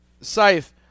Scythe